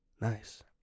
Nice